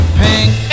pink